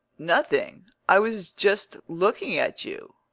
nothing! i was just looking at you.